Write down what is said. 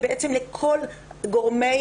ובעצם לכל גורמי